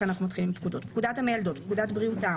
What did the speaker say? לכן מתחילים עם פקודות: (1)פקודת המיילדות ; (2)פקודת בריאות העם,